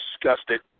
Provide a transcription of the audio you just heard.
disgusted